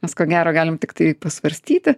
nes ko gero galim tiktai pasvarstyti